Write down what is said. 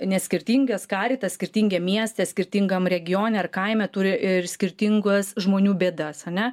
ne skirtingas karitas skirtingiem mieste skirtingam regione ar kaime turi ir skirtingas žmonių bėdas ane